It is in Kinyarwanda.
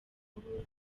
amakuru